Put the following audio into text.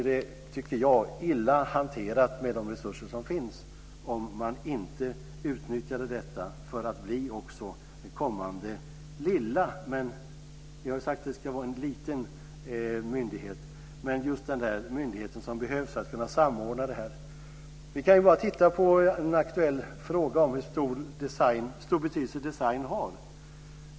Det vore illa hanterat med de resurser som finns om man inte utnyttjade detta för att få den lilla myndighet som behövs för att samordna detta. Vi kan titta på en aktuell fråga om hur stor betydelse design har.